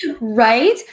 right